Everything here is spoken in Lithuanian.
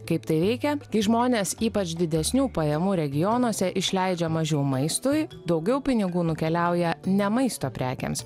kaip tai veikia kai žmonės ypač didesnių pajamų regionuose išleidžia mažiau maistui daugiau pinigų nukeliauja ne maisto prekėms